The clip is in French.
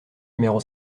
numéro